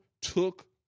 took